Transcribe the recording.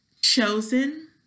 chosen